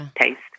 taste